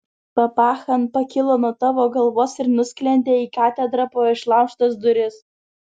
papacha pakilo nuo tavo galvos ir nusklendė į katedrą pro išlaužtas duris